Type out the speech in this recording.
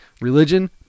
Religion